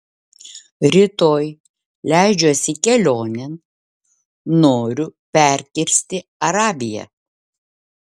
rytoj leidžiuosi kelionėn noriu perkirsti arabiją